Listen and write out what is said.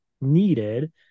needed